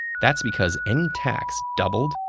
that's because any tax doubled,